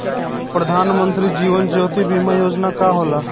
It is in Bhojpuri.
प्रधानमंत्री जीवन ज्योति बीमा योजना का होला?